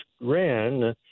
ran